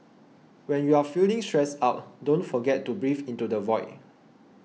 when you are feeling stressed out don't forget to breathe into the void